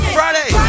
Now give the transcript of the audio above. Friday